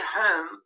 home